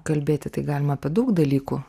kalbėti tai galima apie daug dalykų